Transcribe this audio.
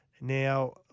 Now